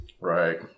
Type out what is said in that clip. right